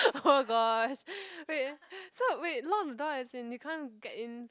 oh gosh wait so wait lock the door as in you can't get in